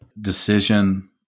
decision